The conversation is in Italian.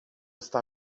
sta